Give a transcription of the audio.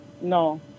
No